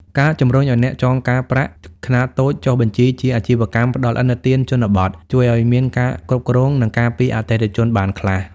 ការជំរុញឱ្យអ្នកចងការប្រាក់ខ្នាតតូចចុះបញ្ជីជា "អាជីវកម្មផ្ដល់ឥណទានជនបទ" ជួយឱ្យមានការគ្រប់គ្រង និងការពារអតិថិជនបានខ្លះ។